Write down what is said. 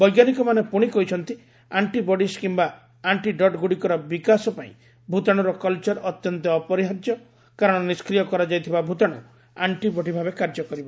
ବୈଜ୍ଞାନିକମାନେ ପୁଣି କହିଛନ୍ତି ଆଂଟିବଡିସ୍ କିମ୍ବା ଆଂଟିଡଟ୍ଗୁଡ଼ିକର ବିକାଶ ପାଇଁ ଭତାଣୁର କଲଚର ଅତ୍ୟନ୍ତ ଅପରିହାର୍ଯ୍ୟ କାରଣ ନିଷ୍କ୍ରିୟ କରାଯାଇଥିବା ଭୂତାଣୁ ଆଂଟିବଡି ଭାବେ କାର୍ଯ୍ୟ କରିବ